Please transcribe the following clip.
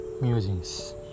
Musings